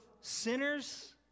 sinners